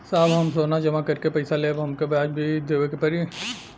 साहब हम सोना जमा करके पैसा लेब त हमके ब्याज भी देवे के पड़ी?